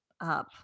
up